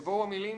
יבואו המילים